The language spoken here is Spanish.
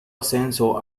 ascenso